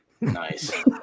Nice